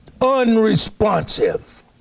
unresponsive